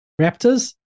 raptors